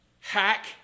Hack